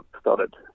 started